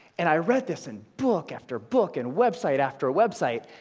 and i read this in book after book, in website after website.